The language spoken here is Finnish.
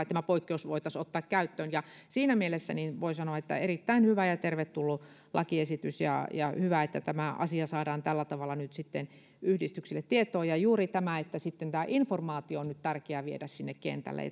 tämä poikkeus voitaisi ottaa käyttöön vaihtelee siinä mielessä voi sanoa että erittäin hyvä ja tervetullut lakiesitys ja ja hyvä että tämä asia saadaan tällä tavalla nyt sitten yhdistyksille tietoon ja juuri tämä että sitten tämä informaatio on nyt tärkeä viedä sinne kentälle